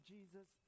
Jesus